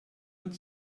und